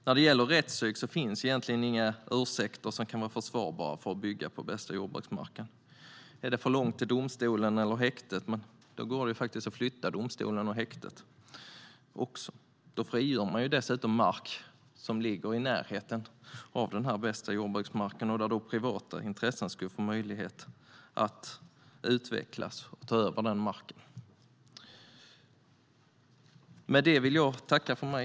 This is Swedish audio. När det gäller rättspsyk finns egentligen inga ursäkter som kan vara försvarbara för att bygga på den bästa jordbruksmarken. Är det för långt till domstolen eller häktet går det faktiskt att flytta domstolen och häktet. Då frigörs dessutom mark som ligger i närheten av den bästa jordbruksmarken. Då skulle privata intressen få möjlighet att utvecklas och ta över den marken. Herr talman! Med det vill jag tacka för mig.